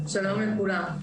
שלום לכולם.